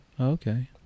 Okay